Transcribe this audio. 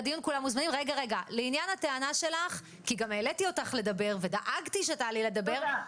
לעניין הטענה שלך דאגתי שתעלי לדבר.